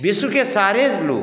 विश्व के सारे लोग